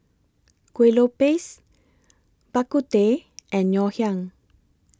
Kuih Lopes Bak Kut Teh and Ngoh Hiang